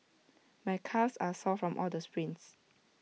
my calves are sore from all the sprints